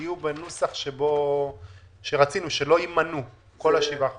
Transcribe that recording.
יהיו בנוסח שרצינו, שלא יימנו כל שבעת החודשים.